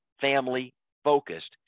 family-focused